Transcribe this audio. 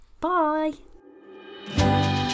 Bye